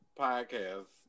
podcast